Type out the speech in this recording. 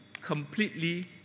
completely